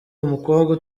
umukobwa